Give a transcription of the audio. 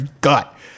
gut